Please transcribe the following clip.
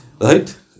Right